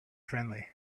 friendly